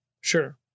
Sure